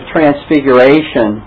Transfiguration